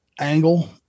angle